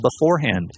beforehand